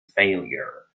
failure